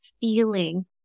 feeling